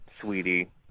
sweetie